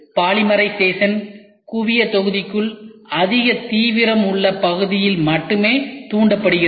polymerisation குவிய தொகுதிக்குள் அதிக தீவிரம் உள்ள பகுதியில் மட்டுமே தூண்டப்படுகிறது